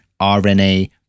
RNA